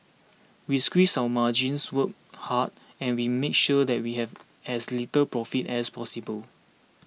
we squeeze our margins work hard and we make sure that we have as little profit as possible